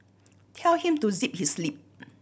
tell him to zip his lip